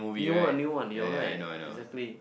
new one new one you're right exactly